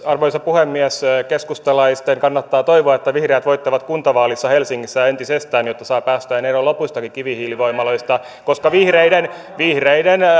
arvoisa puhemies keskustalaisten kannattaa toivoa että vihreät voittavat kuntavaaleissa helsingissä entisestään jotta päästään eroon lopuistakin kivihiilivoimaloista koska vihreiden vihreiden